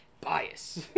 Bias